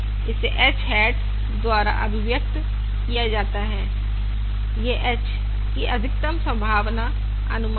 इसे h hat द्वारा अभिव्यक्त किया गया है यह h की अधिकतम संभावना अनुमान है